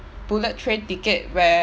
bullet train ticket where